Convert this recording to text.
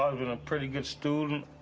ah been a pretty good student,